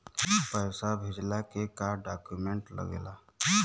पैसा भेजला के का डॉक्यूमेंट लागेला?